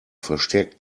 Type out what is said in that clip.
verstärkt